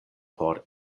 por